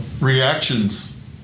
reactions